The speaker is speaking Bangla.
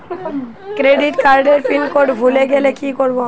ক্রেডিট কার্ডের পিনকোড ভুলে গেলে কি করব?